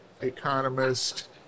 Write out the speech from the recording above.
economist